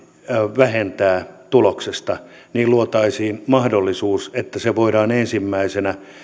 vähentää tuloksesta niin luotaisiin mahdollisuus että ne voidaan ensimmäisenä